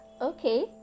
okay